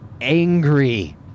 angry